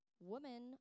Woman